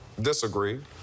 disagree